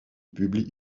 publient